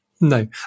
No